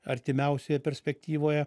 artimiausioje perspektyvoje